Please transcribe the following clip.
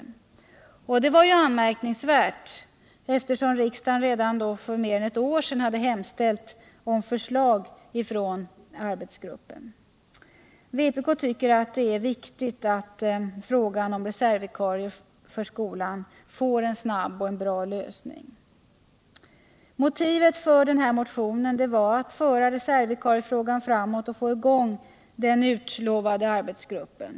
Det var ju anmärkningsvärt, eftersom riksdagen redan för mer än ett år sedan hemställt om förslag från arbetsgruppen. Vpk tycker det är viktigt att frågan om 'reservvikarier för skolan får en snabb och bra lösning. Motivet för motionen var att föra reservvikariefrågan framåt och få i gång den utlovade arbetsgruppen.